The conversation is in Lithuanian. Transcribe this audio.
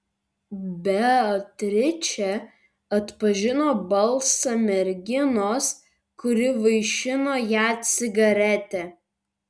beatričė atpažino balsą merginos kuri vaišino ją cigarete